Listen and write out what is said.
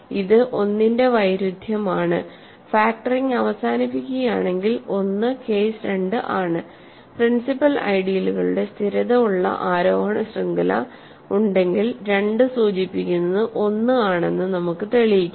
ഇത് 1 ന്റെ വൈരുധ്യം ആണ് ഫാക്ടറിംഗ് അവസാനിപ്പിക്കുകയാണെങ്കിൽ 1 കേസ് 2 ആണ് പ്രിൻസിപ്പൽ ഐഡിയലുകളുടെ സ്ഥിരത ഉള്ള ആരോഹണ ശൃംഖല ഉണ്ടെങ്കിൽ 2 സൂചിപ്പിക്കുന്നത് 1 ആണെന്ന് നമുക്ക് തെളിയിക്കാം